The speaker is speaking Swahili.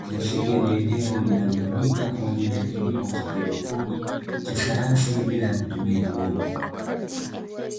ikiashiria ni eneo linalotumika kwa ajili ya kilimo cha hydroponi, cha sayansi ya bila kutumia udongo.